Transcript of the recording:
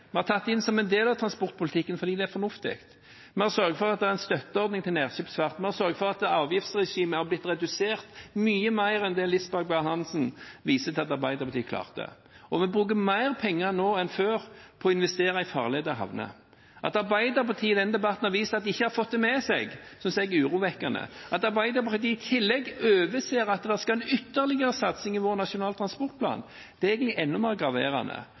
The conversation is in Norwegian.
Vi har tatt det inn som en del av transportpolitikken fordi det er fornuftig. Vi har sørget for at det er en støtteordning til nærskipsfarten, og for at avgiftsregimet er blitt redusert mye mer enn det Lisbeth Berg-Hansen viste til at Arbeiderpartiet klarte. Og vi bruker mer penger nå enn før på å investere i farleder og havner. At Arbeiderpartiet i denne debatten har vist at de ikke har fått det med seg, synes jeg er urovekkende. At de i tillegg overser at det skal være en ytterligere satsing i vår nasjonale transportplan, er enda mer graverende.